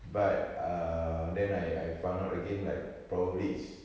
but err then I I found out again like probably it's